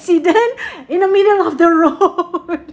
accident in the middle of the road